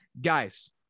guys